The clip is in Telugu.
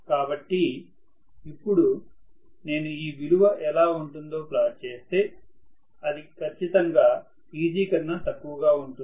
కాబట్టి ఇప్పుడు నేను ఈ విలువ ఎలా ఉంటుందో ప్లాట్ చేస్తే అది ఖచ్చితంగా Eg కన్నా తక్కువగా ఉంటుంది